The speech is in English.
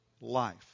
life